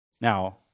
Now